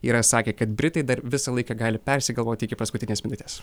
yra sakę kad britai dar visą laiką gali persigalvoti iki paskutinės minutės